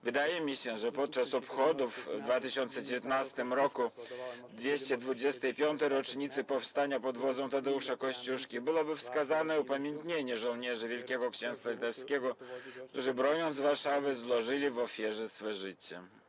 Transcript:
Wydaje mi się, że podczas obchodów w 2019 r. 225. rocznicy powstania pod wodzą Tadeusza Kościuszki byłoby wskazane upamiętnienie żołnierzy Wielkiego Księstwa Litewskiego, którzy broniąc Warszawy, złożyli w ofierze swe życie.